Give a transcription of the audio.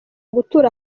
gutura